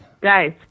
guys